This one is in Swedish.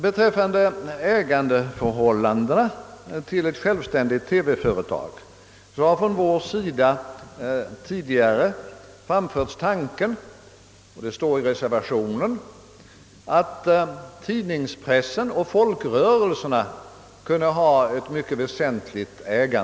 Beträffande ägandeförhållandena i ett självständigt TV-företag har vi tidigare framfört tanken — det står också i reservationen — att pressen och folkrörelserna kunde äga en väsentlig del av företaget i fråga.